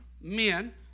men